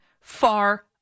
far